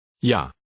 Ja